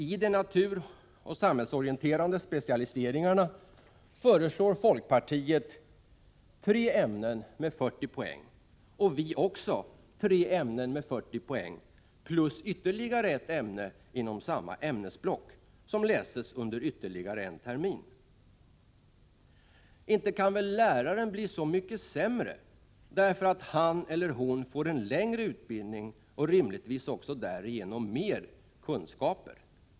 I de naturoch samhällsorienterande specialiseringarna föreslår folkpartiet tre ämnen med 40 poäng och vi också tre ämnen med 40 poäng plus ytterligare ett ämne inom samma ämnesblock, som läses under ytterligare en termin. Inte kan väl läraren bli så mycket sämre därför att han eller hon får en längre utbildning och rimligtvis också därigenom mer kunskaper.